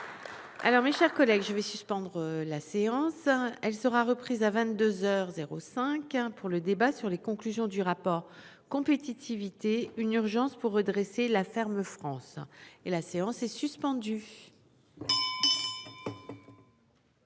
Alors, mes chers collègues, je vais suspendre la séance. Elle sera reprise à 22h 05 hein pour le débat sur les conclusions du rapport compétitivité une urgence pour redresser la ferme France et la séance est suspendue.